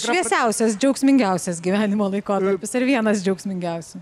šviesiausias džiaugsmingiausias gyvenimo laikotarpis ar vienas džiaugsmingiausių